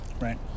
right